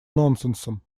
нонсенсом